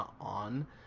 on